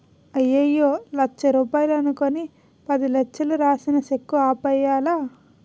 అయ్యయ్యో లచ్చ రూపాయలు అనుకుని పదిలచ్చలు రాసిన సెక్కు ఆపేయ్యాలా